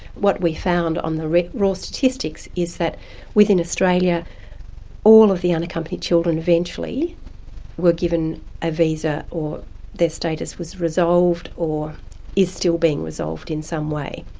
what we found on the raw raw statistics is that within australia all of the unaccompanied children eventually were given a visa or their status was resolved or is still being resolved in some way.